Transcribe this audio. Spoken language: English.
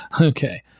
Okay